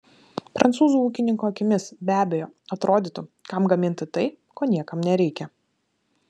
prancūzų ūkininko akimis be abejo atrodytų kam gaminti tai ko niekam nereikia